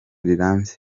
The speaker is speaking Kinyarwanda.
rirambye